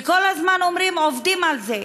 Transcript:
וכל הזמן אומרים: עובדים על זה.